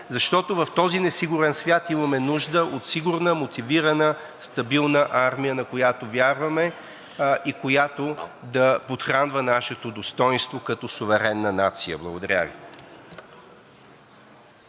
Защото в този несигурен свят имаме нужда от сигурна, мотивирана, стабилна армия, на която вярваме и която да подхранва нашето достойнство като суверенна нация. Благодаря Ви.